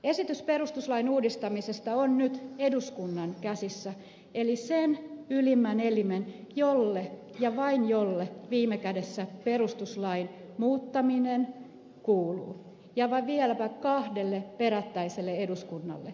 esitys perustuslain uudistamiseksi on nyt eduskunnan käsissä eli sen ylimmän elimen jolle ja vain jolle viime kädessä perustuslain muuttaminen kuuluu ja vieläpä kahdelle perättäiselle eduskunnalle